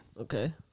Okay